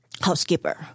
housekeeper